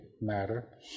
matter